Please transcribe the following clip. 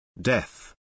Death